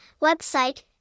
website